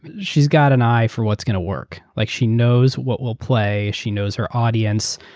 she's got an eye for what's going to work. like she knows what will play, she knows her audience,